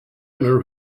owner